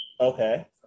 Okay